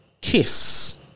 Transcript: kiss